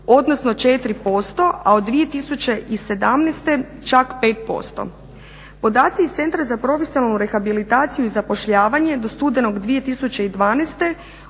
odnosno 4% a od 2017. čak 5%. Podaci iz Centra za profesionalnu rehabilitaciju i zapošljavanje do studenog 2012.